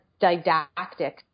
didactic